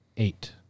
Eight